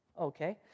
okay